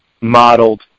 modeled